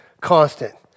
constant